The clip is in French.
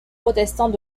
protestants